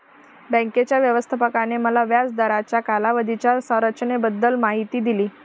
बँकेच्या व्यवस्थापकाने मला व्याज दराच्या कालावधीच्या संरचनेबद्दल माहिती दिली